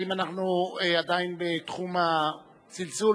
האם אנחנו עדיין בתחום הצלצול,